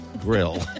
grill